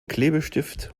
klebestift